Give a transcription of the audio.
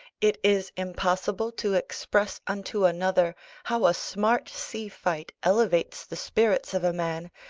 it is impossible to express unto another how a smart sea-fight elevates the spirits of a man,